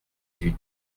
huit